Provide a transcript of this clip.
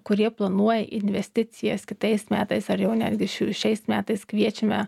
kurie planuoja investicijas kitais metais ar jau netgi šių šiais metais kviečiame